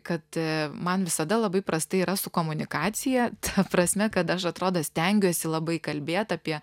kad man visada labai prastai yra su komunikacija ta prasme kad aš atrodo stengiuosi labai kalbėt apie